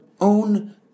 own